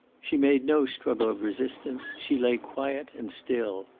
she made no struggle of resistance she lay quiet and still.